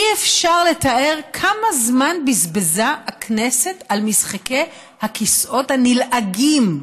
אי-אפשר לתאר כמה זמן בזבזה הכנסת על משחקי הכיסאות הנלעגים.